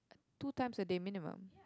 two times a day minimum